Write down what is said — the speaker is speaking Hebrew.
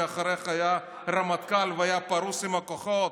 מאחוריך היה רמטכ"ל והוא היה פרוס עם הכוחות,